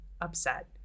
upset